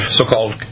so-called